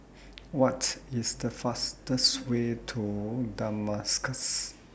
What IS The fastest Way to Damascus